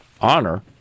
honor